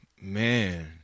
man